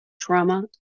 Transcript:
trauma